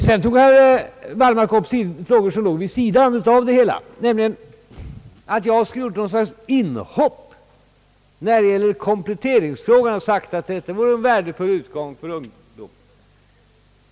Så tog herr Wallmark upp en fråga vid sidan om, då han sade att jag skulle ha gjort något slags »inhopp» när det gäller kompletteringsfrågan och förklarat att detta vore någonting värdefullt för ungdomen.